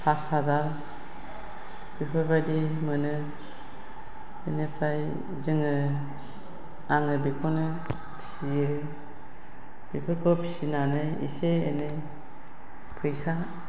pass हाजार बेफोरबायदि मोनो बिनिफ्राय जोङो आङो बेखौनो फिसियो बेफोरखौ फिसिनानै एसे एनै फैसा